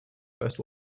first